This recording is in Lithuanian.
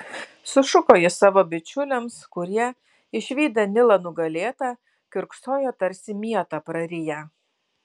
sušuko jis savo bičiuliams kurie išvydę nilą nugalėtą kiurksojo tarsi mietą prariję